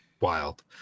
Wild